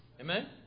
Amen